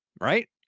Right